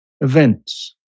events